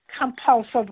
compulsive